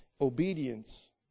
Obedience